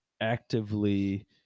actively